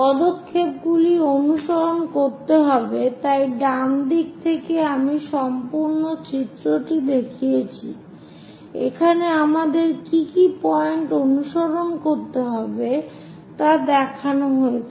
পদক্ষেপগুলি অনুসরণ করতে হবে তাই ডানদিকে আমি সম্পূর্ণ চিত্রটি দেখিয়েছি সেখানে আমাদের কী কী পয়েন্ট অনুসরণ করতে হবে তা দেখানো হয়েছে